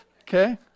Okay